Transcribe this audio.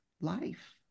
life